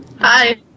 Hi